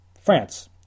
France